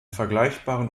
vergleichbaren